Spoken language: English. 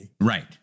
right